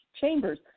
chambers